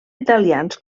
italians